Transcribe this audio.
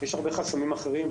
יש הרבה חסמים אחרים.